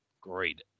great